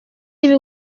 ibi